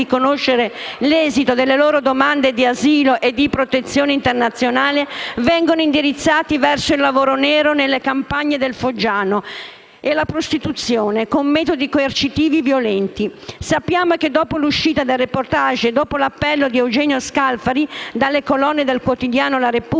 conoscere l'esito delle loro domande di asilo e di protezione internazionale, vengono indirizzati verso il lavoro nero nelle campagne del foggiano e verso la prostituzione, con metodi coercitivi violenti. Sappiamo che, dopo l'uscita del *reportage* e dopo l'appello di Eugenio Scalfari dalle colonne del quotidiano «la Repubblica»,